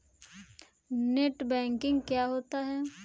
Net banking क्या होता है?